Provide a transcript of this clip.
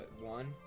One